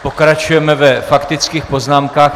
Pokračujeme ve faktických poznámkách.